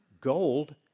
Gold